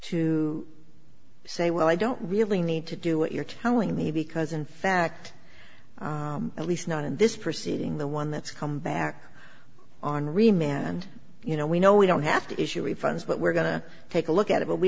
to say well i don't really need to do what you're telling me because in fact at least not in this proceeding the one that's come back on re man and you know we know we don't have to issue refunds but we're going to take a look at it but we